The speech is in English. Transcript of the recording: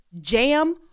jam